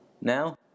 Now